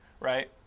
Right